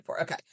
Okay